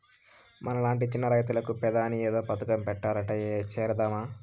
మనలాంటి చిన్న రైతులకు పెదాని ఏదో పథకం పెట్టారట చేరదామా